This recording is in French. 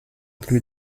plus